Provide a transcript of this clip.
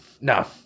no